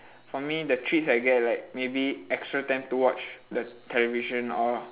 for me the treats I get like maybe extra time to watch the television or